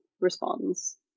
responds